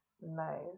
nice